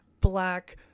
black